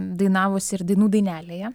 dainavusi ir dainų dainelėje